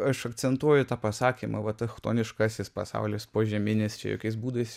aš akcentuoju tą pasakymą va ta chtoniškasis pasaulis požeminis čia jokiais būdais